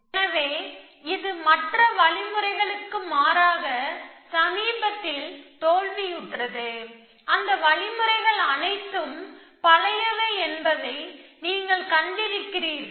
எனவே இது மற்ற வழிமுறைகளுக்கு மாறாக சமீபத்தில் தோல்வியுற்றது அந்த வழிமுறைகள் அனைத்தும் பழையவை என்பதை நீங்கள் கண்டிருக்கிறீர்கள்